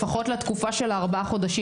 לפחות לתקופה של הארבעה חודשים,